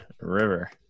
river